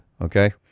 Okay